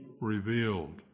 Revealed